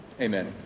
Amen